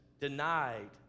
denied